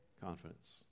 confidence